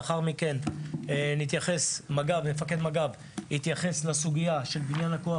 לאחר מכן מפקד מג"ב יתייחס לסוגיית בניין הכוח,